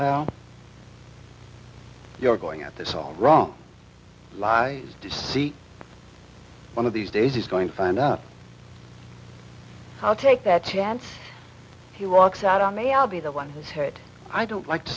vow you're going at this all wrong lie to see one of these days is going to find out how to take that chance he walks out on me i'll be the one who's hurt i don't like to